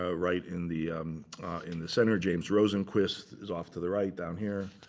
ah right in the in the center. james rosenquist is off to the right down here.